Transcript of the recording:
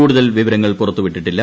കൂടുതൽ വിവരങ്ങൾ പുറത്തു വിട്ടിട്ടില്ല